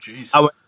jeez